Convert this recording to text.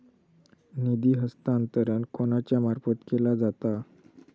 निधी हस्तांतरण कोणाच्या मार्फत केला जाता?